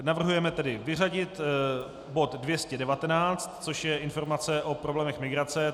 Navrhujeme tedy vyřadit bod 219, což je informace o problémech migrace.